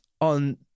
On